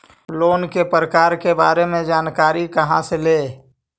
Loan के प्रकार के बारे मे जानकारी कहा से ले?